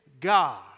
God